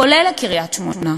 כולל קריית-שמונה.